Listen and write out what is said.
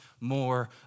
more